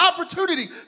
opportunity